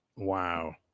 Wow